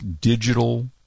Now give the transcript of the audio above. digital